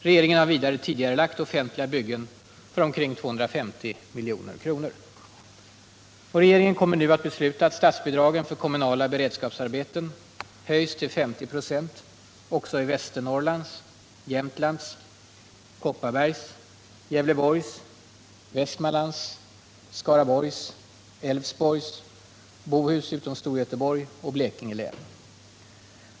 Regeringen har vidare tidigarelagt offentliga byggen för ca 250 milj.kr. Regeringen kommer nu att besluta att statsbidragen för kommunala beredskapsarbeten höjs till 50 26 också i Västernorrlands, Jämtlands, Kopparbergs, Gävleborgs, Västmanlands, Skaraborgs, Älvsborgs, Bohus och Blekinge län.